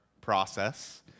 process